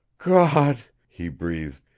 gawd! he breathed.